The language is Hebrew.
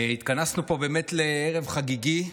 התכנסנו פה לערב חגיגי.